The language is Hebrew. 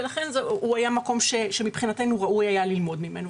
ולכן הוא היה מקום שמבחינתנו היה ראוי ללמוד ממנו,